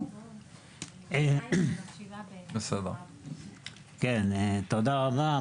תודה רבה,